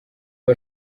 aba